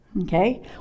okay